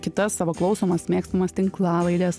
kitas savo klausomas mėgstamas tinklalaides